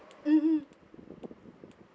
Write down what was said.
mmhmm